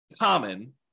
common